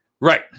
Right